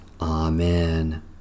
Amen